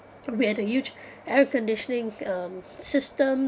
we had a huge air conditioning um system